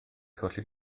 colli